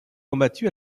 combattu